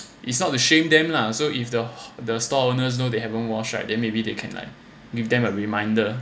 it's not to shame them lah so if the the stall owners know they haven't wash right then maybe they can like give them a reminder